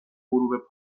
غروب